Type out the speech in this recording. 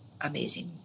amazing